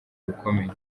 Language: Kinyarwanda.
bikomeye